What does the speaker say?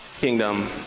kingdom